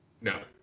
No